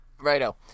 Righto